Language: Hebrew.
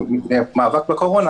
במסגרת שבעת הימים האלה?